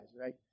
right